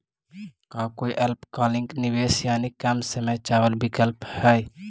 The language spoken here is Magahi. का कोई अल्पकालिक निवेश यानी कम समय चावल विकल्प हई?